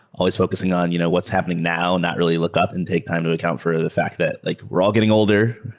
always focusing on you know what's happening now. not really look up and take time to account for the fact that like we're all getting older.